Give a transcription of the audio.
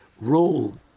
role